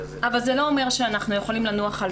אבל זה לא אומר שאנחנו יכולים לנוח על